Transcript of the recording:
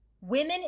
Women